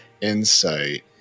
Insight